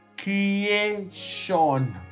creation